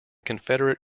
confederate